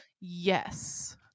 Yes